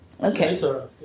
Okay